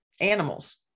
animals